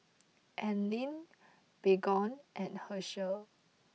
Anlene Baygon and Herschel